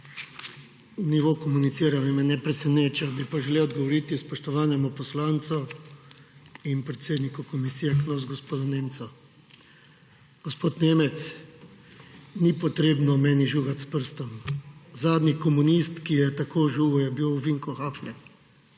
Nivo komuniciranja me ne preseneča, bi pa želel odgovoriti spoštovanemu poslancu in predsedniku komisije KNOVS, gospodu Nemcu. Gospod Nemec, ni potrebno meni žugat s prstom. Zadnji komunist, ki je tako žugal, je bil Vinko Hafner,